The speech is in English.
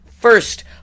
First